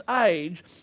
age